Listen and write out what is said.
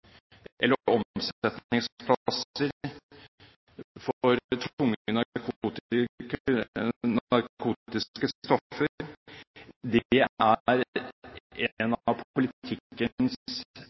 for tunge narkotiske stoffer – er en av politikkens